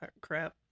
crap